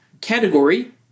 category